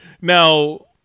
Now